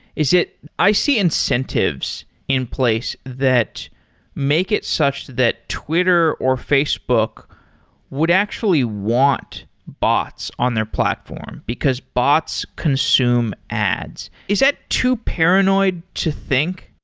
is i see incentives in place that make it such that twitter or facebook would actually want bots on their platform, because bots consume ads. is that too paranoid to think?